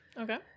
Okay